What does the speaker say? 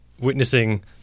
witnessing